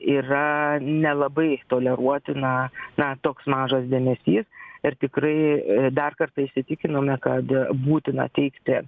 yra nelabai toleruotina na toks mažas dėmesys ir tikrai dar kartą įsitikinome kad būtina teikti